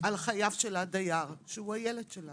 על חייו של הדייר, שהוא הילד שלנו?